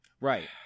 right